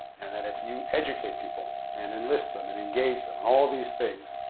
and that if you educate people, and enlist them, and engage them, and all of these things,